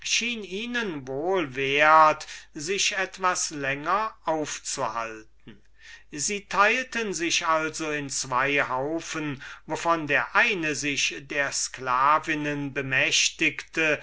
ihnen wohl wert sich etwas länger aufzuhalten sie teilten sich also in zween haufen davon der eine sich derer bemächtigte